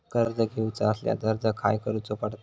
कर्ज घेऊचा असल्यास अर्ज खाय करूचो पडता?